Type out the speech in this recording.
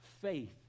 faith